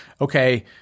okay